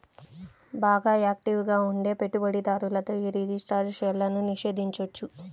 బాగా యాక్టివ్ గా ఉండే పెట్టుబడిదారులతో యీ రిజిస్టర్డ్ షేర్లను నిషేధించొచ్చు